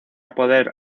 poder